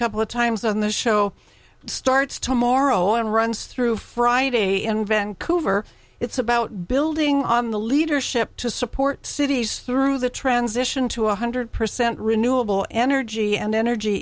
couple of times on the show starts tomorrow and runs through friday in vancouver it's about building on the leadership to support cities through the transition to one hundred percent renewable energy and energy